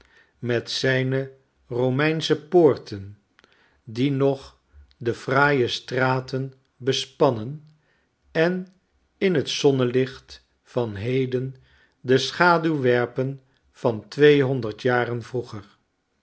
met zyne romeinsche poorten die nog de fraaie straten bespannen en in het zonnelicht van heden de schaduw werpen van tweehonderd jaren vroeger